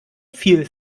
fiel